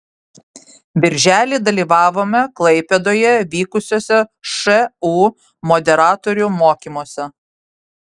birželį dalyvavome klaipėdoje vykusiuose šu moderatorių mokymuose